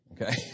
Okay